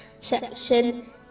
section